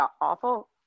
awful